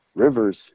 rivers